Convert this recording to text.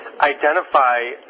identify